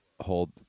hold